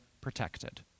protected